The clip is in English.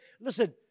listen